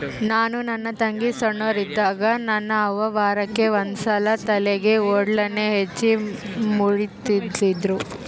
ನಾನು ನನ್ನ ತಂಗಿ ಸೊಣ್ಣೋರಿದ್ದಾಗ ನನ್ನ ಅವ್ವ ವಾರಕ್ಕೆ ಒಂದ್ಸಲ ತಲೆಗೆ ಔಡ್ಲಣ್ಣೆ ಹಚ್ಚಿ ಮೈತೊಳಿತಿದ್ರು